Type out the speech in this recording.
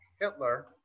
Hitler